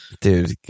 Dude